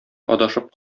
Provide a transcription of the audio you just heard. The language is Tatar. адашып